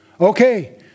Okay